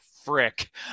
frick